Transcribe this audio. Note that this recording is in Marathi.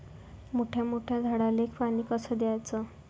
मोठ्या मोठ्या झाडांले पानी कस द्याचं?